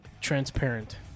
Transparent